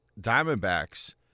Diamondbacks